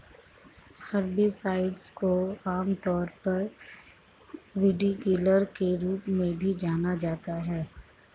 herbicides को आमतौर पर वीडकिलर के रूप में भी जाना जाता है